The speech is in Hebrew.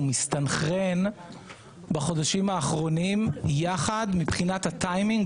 הוא מסתנכרן בחודשים האחרונים יחד מבחינת הטיימינג,